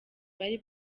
bari